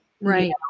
right